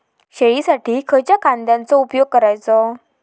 शेळीसाठी खयच्या खाद्यांचो उपयोग करायचो?